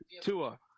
Tua